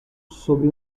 sobre